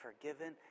forgiven